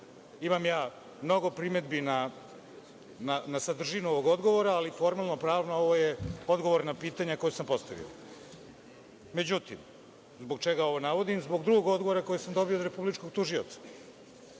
Imam mnogo primedbi na sadržinu ovog odgovora, ali formalno pravno ovo je odgovor na pitanje koje sam postavio.Međutim, zbog čega ovo navodim? Zbog drugog odgovora koji sam dobio od Republičkog tužioca